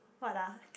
what ah